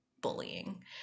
bullying